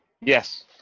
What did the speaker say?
Yes